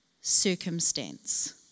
circumstance